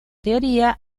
teoría